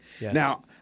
Now